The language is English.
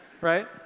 right